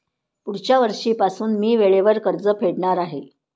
पुढच्या वर्षीपासून मी वेळेवर कर्ज फेडणार आहे